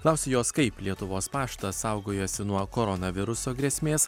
klausiu jos kaip lietuvos paštas saugojosi nuo koronaviruso grėsmės